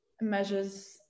measures